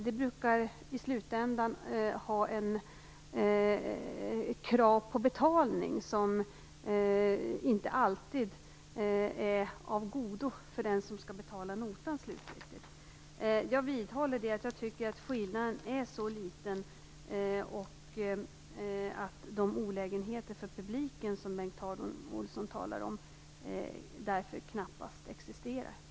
De brukar i slutändan ha ett krav på betalning som inte alltid är av godo för den som slutligen skall betala notan. Jag vidhåller att skillnaden är så liten att de olägenheter för publiken som Bengt Harding Olson talar om därför knappast existerar.